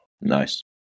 Nice